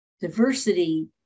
Diversity